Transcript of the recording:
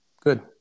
Good